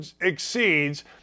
exceeds